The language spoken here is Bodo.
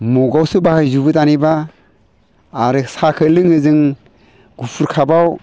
मगावसो बाहायजोबो दानिबा आरो साहाखो लोङो जों गुफुर कापाव